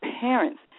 parents